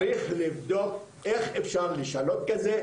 צריך לבדוק איך אפשר לשנות את זה,